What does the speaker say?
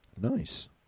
Nice